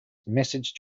message